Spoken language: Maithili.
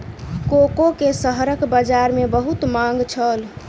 कोको के शहरक बजार में बहुत मांग छल